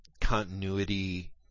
continuity